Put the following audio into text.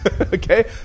Okay